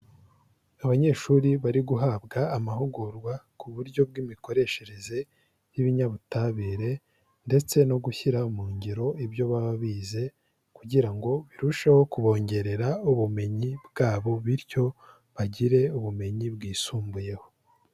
Abanyeshuri bari guhabwa amahugurwa ku buryo bw'imikoreshereze y'ibinyabutabire ndetse no gushyira mu ngiro ibyo baba bize, kugira ngo birusheho kubongerera ubumenyi bwabo, bityo bagire ubumenyi bwisumbuyeho.